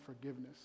forgiveness